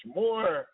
more